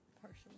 Partially